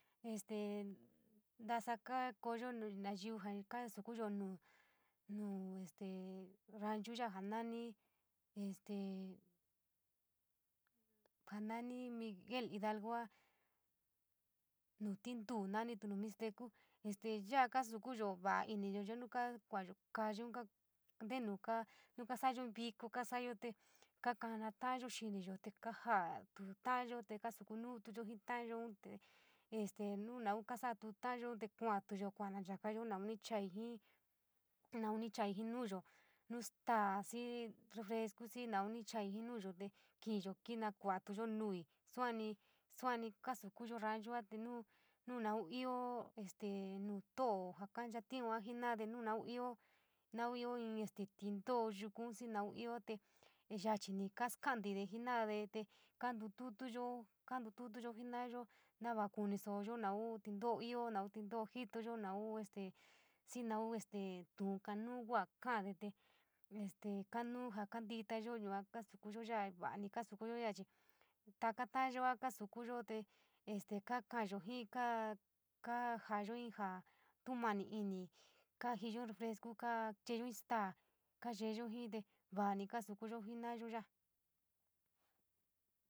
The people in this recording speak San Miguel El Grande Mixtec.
Este ntasa kaa kooyo nayiu jaa kaxukuyo nuu nuu este ranchuu jaa nani, jaa nani miguel hidalgu. Nuu tinduy nanitu nuu mixtecu, ya’a kasukuyo ya’a iniyo, nuu kaa kuayo colleun kaa ntenu ka nuu kaasa’ayo in viko, kasayote kakanata’ayo xiniyo te kaajáá tu ta’ayo te te kasuku nuu tonjii ntaáyo te este nuu nau kasa’atu tu ta’ayoun te kua’atuyo kuananchakayo naun ni chaii jii, naun nu chaii jiin nuuyo, nuu staa, xii refresco xii naun ni chaii jii nuuyo tee kiiyo kinakua’atuyo nuii, suani, suanikasukuyo ranchua te nuu naun ioo este nuu tinto’o yukuun xii naun ioo te yachini kaa skalantide jena’ade, te kantutuya, kantutuyo, jeenayo nava kuniso’oyo naun tínto’o ioo, noun tinto’o jitoyo naun este, xii naun este tu’un kanuu kua jaa ka’ode te este kanuu jaa kantitayo yua kaa sukuyo ya’a, va’ani kasukuyo te este kakayo jiin, kaa kaa jaayo in jaa tu’un mani ini, kaa ji’iyo refrescu kaa yeyu in staa kaayeyo jiin te va’ani kasukuyo jina’ayo ya’a.